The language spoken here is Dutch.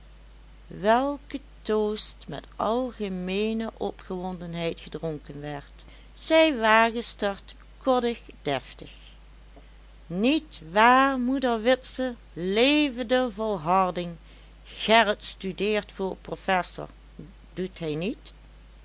welke toost met algemeene opgewondenheid gedronken werd zei wagestert koddig deftig niet waar moeder witse leve de volharding gerrit studeert voor professor doet hij niet